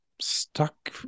stuck